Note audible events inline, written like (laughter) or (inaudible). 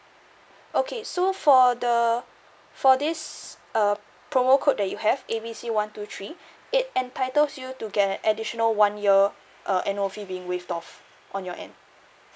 okay so for the for this uh promo code that you have A B C one two three (breath) it entitles you to get an additional one year uh annual fee being waived off on your end